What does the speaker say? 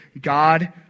God